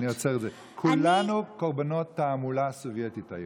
כולנו קורבנות תעמולה סובייטית היום.